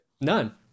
None